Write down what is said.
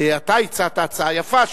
אתה הצעת הצעה יפה,